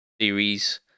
series